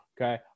okay